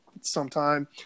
sometime